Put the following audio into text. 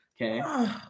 Okay